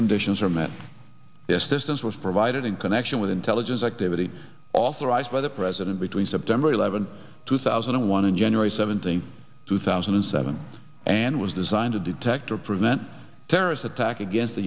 conditions are met yes this was provided in connection with intelligence activity authorized by the president between september eleventh two thousand and one and january seventeenth two thousand and seven and was designed to detect or prevent terrorist attack against the